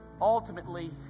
Ultimately